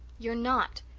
you're not.